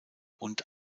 und